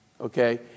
Okay